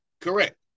Correct